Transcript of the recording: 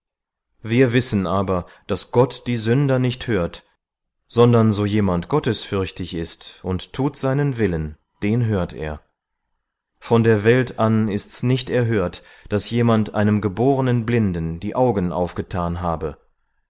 wir wissen aber daß gott die sünder nicht hört sondern so jemand gottesfürchtig ist und tut seinen willen den hört er von der welt an ist's nicht erhört daß jemand einem geborenen blinden die augen aufgetan habe